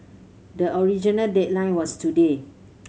the original deadline was today